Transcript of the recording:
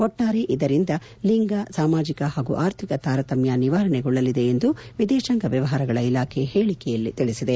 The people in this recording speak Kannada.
ಒಟ್ಲಾರೆ ಇದರಿಂದ ಲಿಂಗ ಹಾಗೂ ಸಾಮಾಜಿಕ ಆರ್ಥಿಕ ತಾರತಮ್ಲ ನಿವಾರಣೆಗೊಳ್ಟಲಿದೆ ಎಂದು ವಿದೇಶಾಂಗ ಮ್ಲವಹಾರಗಳ ಇಲಾಖೆ ಹೇಳಿಕೆಯಲ್ಲಿ ತಿಳಿಸಿದೆ